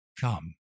Come